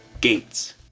Gates